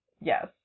Yes